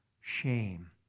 shame